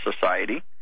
society